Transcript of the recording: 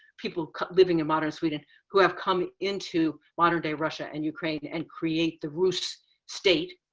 people living in modern sweden who have come into modern day russia and ukraine and create the russ state.